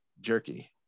jerky